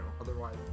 otherwise